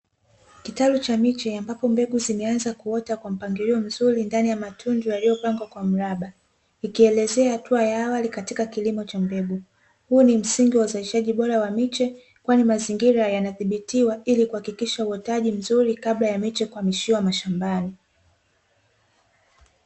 Kitalu cha miche ambapo mbegu zimeanza kuota kwa mpangilio mzuri ndani ya matundu yaliyopangwa kwa mraba, ikielezea hatua ya awali katika kilimo cha mbegu. Huu ni msingi wa uzalishaji bora wa miche kwani mazingira yanathibitiwa, ili kuhakikisha uotaji mzuri kabla ya miche kuhamishiwa mashambani.